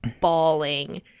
bawling